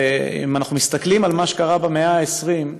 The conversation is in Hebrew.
ואם אנחנו מסתכלים על מה שקרה במאה ה-20,